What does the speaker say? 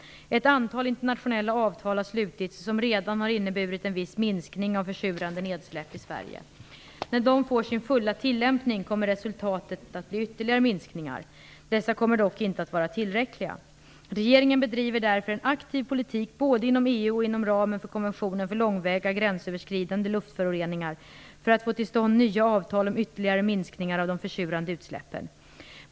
Ett antal internationella avtal har slutits som redan har inneburit en viss minskning av försurande nedsläpp i Sverige. När de får sin fulla tillämpning kommer resultatet att bli ytterligare minskningar. Dessa kommer dock inte att vara tillräckliga. Regeringen bedriver därför en aktiv politik både inom EU och inom ramen för konventionen för långväga gränsöverskridande luftföroreningar för att få till stånd nya avtal om ytterligare minskningar av de försurande utsläppen.